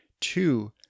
Two